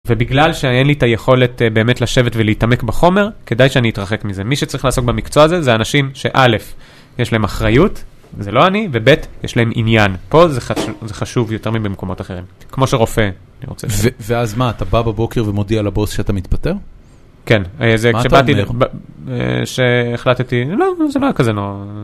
ובגלל שאין לי את היכולת באמת לשבת ולהתעמק בחומר, כדאי שאני אתרחק מזה. מי שצריך לעסוק במקצוע הזה זה האנשים שא', יש להם אחריות, זה לא אני, וב', יש להם עניין. פה זה חשוב יותר מבמקומות אחרים. כמו שרופא. ואז מה, אתה בא בבוקר ומודיע לבוס שאתה מתפטר? כן. מה אתה אומר? שהחלטתי, לא, זה לא היה כזה נורא...